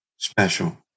Special